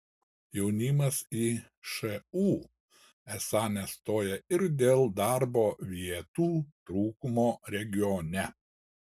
jaunimas į šu esą nestoja ir dėl darbo vietų trūkumo regione